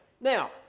now